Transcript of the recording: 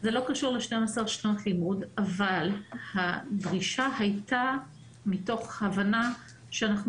זה לא קשור ל-12 שנות לימוד אבל הדרישה הייתה מתוך הבנה שאנחנו